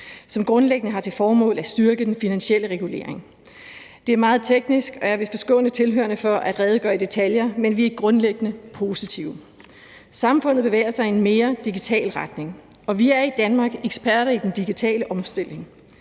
som grundlæggende har til formål at styrke den finansielle regulering. Det er meget teknisk, og jeg vil forskåne tilhørerne for, at jeg redegør for det i detaljer, men vi er grundlæggende positive over for det. Samfundet bevæger sig i en mere digital retning, og vi er i Danmark eksperter i den digitale omstilling.